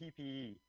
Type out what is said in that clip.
PPE